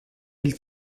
mille